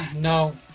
no